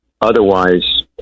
Otherwise